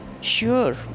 Sure